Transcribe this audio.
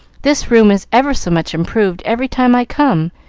this room is ever so much improved every time i come,